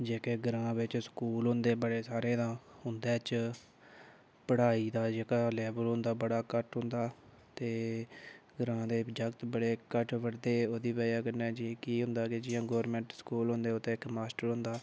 जेह्के ग्रांऽ बिच स्कूल होंदे बड़े सारे तां उं'दे च पढ़ाई दा जेह्का लेवल होंदा बड़ा घट्ट होंदा ते ग्रांऽ दे जागत् बड़े घट्ट पढ़दे ओह्दी बजह कन्नै केह् होंदा कि जि'यां गौरमेंट स्कूल होंदे उ'त्थें इक मास्टर होंदा